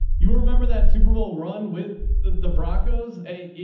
you remember that super bowl run with the the broncos a,